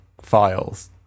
files